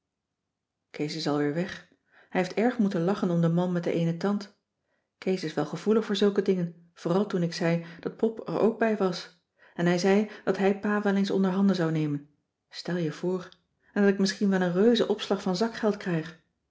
kees is al weer weg hij heeft erg moeten lachen om den man met den eenen tand kees is wel gevoelig voor zulke dingen vooral toen ik zei dat pop er ook bij was en hij zei dat hij pa wel eens onder handen zou nemen stel je voor en dat ik misschien wel een reuze opslag van zakgeld krijg